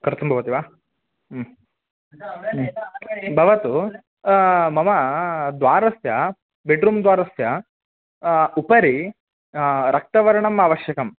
कर्तुं भवति वा भवतु मम द्वारस्य बेड्रूं द्वारस्य उपरि रक्तवर्णम् आवश्यकं